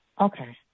Okay